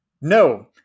No